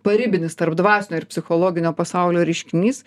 paribinis tarp dvasinio ir psichologinio pasaulio reiškinys